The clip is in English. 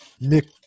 Nick